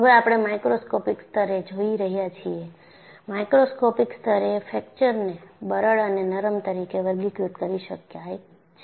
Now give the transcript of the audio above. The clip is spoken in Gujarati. હવે આપણે માઇક્રોસ્કોપિક સ્તરે જોઈ રહ્યા છીએ માઇક્રોસ્કોપિક સ્તરે ફ્રેક્ચરને બરડ અને નરમ તરીકે વર્ગીકૃત કરી શકાય છે